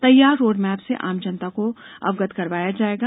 तैयार road map से आम जनता को अवगत करवाया जाएगा